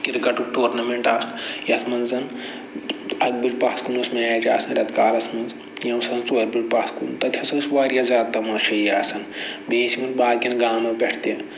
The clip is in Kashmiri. کِرکَٹُک ٹورنَمٮ۪نٹ اکھ یَتھ منٛز اَکہِ بَجہِ پَتھ کُن اوس مٮ۪چ آسان رٮ۪تہٕ کالَس منٛز یا کیٚنہہ اوس آسان ژورِ بَجہِ پَتھ کُن تَتہِ ہسا اوس واریاہ زیادٕ تَماشٲیی آسان بیٚیہِ ٲسۍ یِمَن باقٮ۪ن گامہٕ پٮ۪ٹھ تہِ